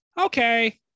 okay